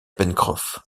pencroff